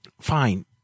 fine